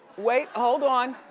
wait, hold on.